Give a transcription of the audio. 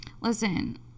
Listen